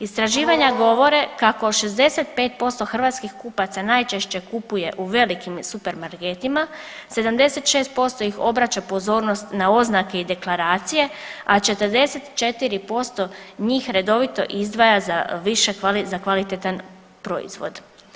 Istraživanja govore kako 65% hrvatskih kupaca najčešće kupuje u velikim supermarketima, 76% ih obraća pozornost na oznake i deklaracije, a 44% njih redovito izdvaja za kvalitetan proizvod.